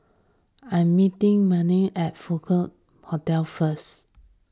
I am meeting Imelda at Hotel first